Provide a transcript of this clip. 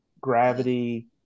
Gravity